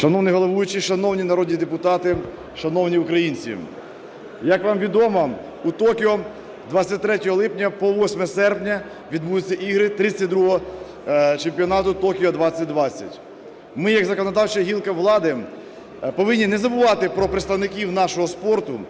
Шановний головуючий! Шановні народні депутати! Шановні українці! Як вам відомо, у Токіо з 23 липня по 8 серпня відбудуться Ігри 32-го чемпіонату Токіо - 2020. Ми як законодавча гілка влади повинні не забувати про представників нашого спорту,